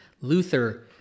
Luther